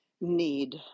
need